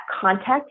context